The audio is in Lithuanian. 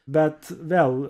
bet vėl